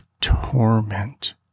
torment